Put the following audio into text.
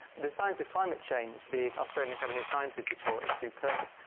the science of climate change, the australian academy of science's report is superb.